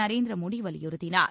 நரேந்திர மோடி வலியுறுத்தினார்